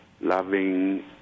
loving